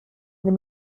than